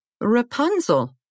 Rapunzel